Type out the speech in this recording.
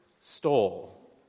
stole